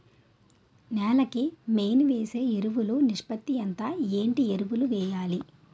నేల కి మెయిన్ వేసే ఎరువులు నిష్పత్తి ఎంత? ఏంటి ఎరువుల వేయాలి?